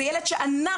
זה ילד שאנחנו